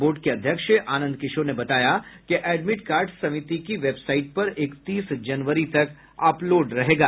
board के अध्यक्ष आनंद किशोर ने बताया कि एडमिट कार्ड समिति की वेबसाईट पर इकतीस जनवरी तक अपलोड रहेगा